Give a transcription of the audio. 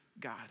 God